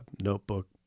notebook